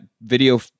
video